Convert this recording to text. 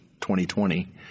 2020